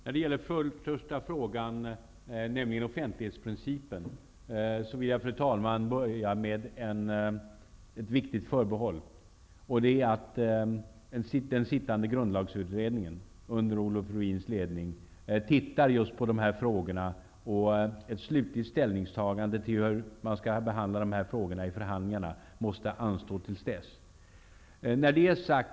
Fru talman! Jag vill komma med ett viktigt förbehåll när det gäller frågan om offentlighetsprincipen. Den sittande grundlagsutredningen, under Olof Ruins ledning, skall se över dessa frågor. Ett slutligt ställningstagande till hur man skall behandla dessa frågor i förhandlingarna måste anstå tills utredningen är klar.